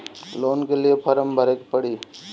Loan के लिए form भरे के पड़ी?